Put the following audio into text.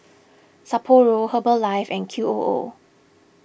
Sapporo Herbalife and Qoo